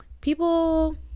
people